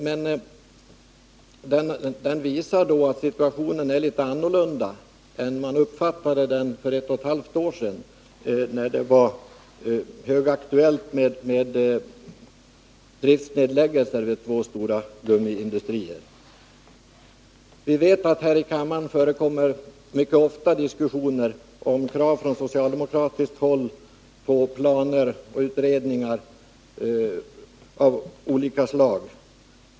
Rapporten visar att situationen är något annorlunda än man uppfattade den för ett och ett halvt år sedan, när det var högaktuellt att lägga ned driften vid två stora gummiindustrier. I denna kammare reses från socialdemokratiskt håll ofta krav på planer och utredningar av olika slag.